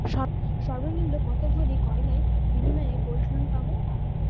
সর্বনিম্ন কত ভরি গয়নার বিনিময়ে গোল্ড লোন পাব?